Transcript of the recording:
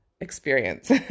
experience